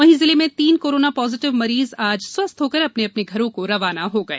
वहींजिले में तीन corona positive मरीज आज स्वस्थ होकर अपने अपने घरों को रवाना हो गए